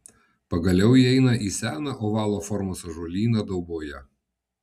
pagaliau įeina į seną ovalo formos ąžuolyną dauboje